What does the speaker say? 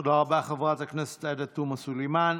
תודה רבה, חברת הכנסת עאידה תומא סלימאן.